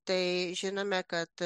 tai žinome kad